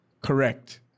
Correct